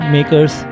Makers